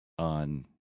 On